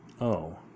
Oh